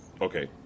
Okay